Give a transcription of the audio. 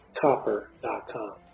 copper.com